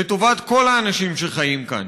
לטובת כל האנשים שחיים כאן,